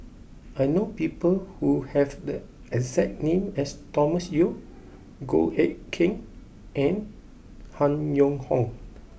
I know people who have the exact name as Thomas Yeo Goh Eck Kheng and Han Yong Hong